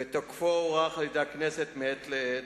ותוקפו הוארך על-ידי הכנסת מעת לעת.